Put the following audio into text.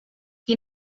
qui